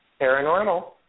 paranormal